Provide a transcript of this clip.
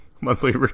monthly